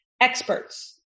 experts